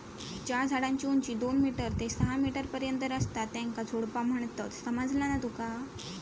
ज्या झाडांची उंची दोन मीटर ते सहा मीटर पर्यंत असता त्येंका झुडपा म्हणतत, समझला ना तुका?